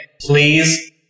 please